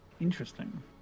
Interesting